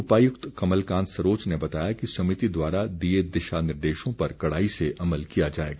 उपायुक्त कमलकांत सरोच ने बताया कि समिति द्वारा दिए दिशा निर्देशों पर कड़ाई से अमल किया जाएगा